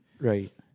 Right